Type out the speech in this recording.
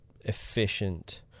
efficient